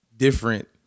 Different